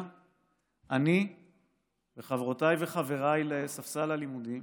אני וחברותיי וחבריי לספסל הלימודים